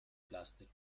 plastik